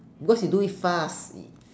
because you do it fast